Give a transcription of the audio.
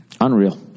Unreal